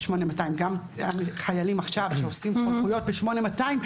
גם חיילים עכשיו שעושים שירות ב-8200,